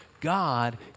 God